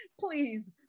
please